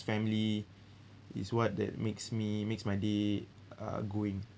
family is what that makes me makes my day uh going